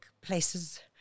places